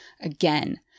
again